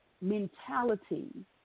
mentality